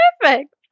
perfect